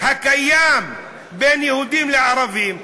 הקיים בין יהודים לערבים,